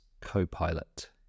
co-pilot